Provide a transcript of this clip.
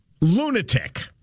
lunatic